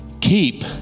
keep